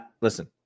listen